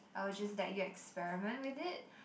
I would just let you experiment with it